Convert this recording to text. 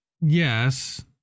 yes